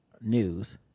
news